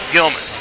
Gilman